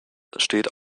steht